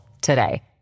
today